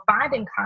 finding